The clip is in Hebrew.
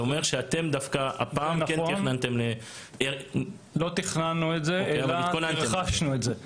זה אומר שדווקא הפעם כן תכננתם --- לא תכננו את זה אלא הרחשנו את זה.